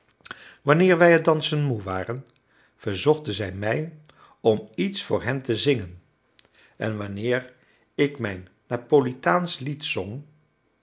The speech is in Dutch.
wanneer zij het dansen moe waren verzochten zij mij om iets voor hen te zingen en wanneer ik mijn napolitaansch lied zong